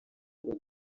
ubwo